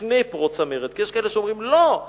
לפני פרוץ המרד, כי יש כאלה שאומרים: לא,